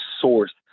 source